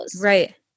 Right